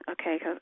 okay